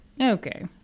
Okay